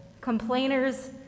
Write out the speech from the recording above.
complainers